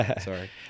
Sorry